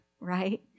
right